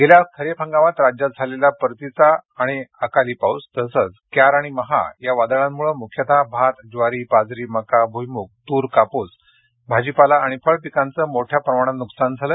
गेल्या खरीप हंगामात राज्यात झालेला परतीचा आणि अवकाळी पाऊस तसंच क्यार आणि महा या वादळांमुळे मुख्यतः भात ज्वारी बाजरी मका भुईमूग सोयाबीन तूर कापूस भाजीपाला आणि फळ पिकांचं मोठ्या प्रमाणात नुकसान झालं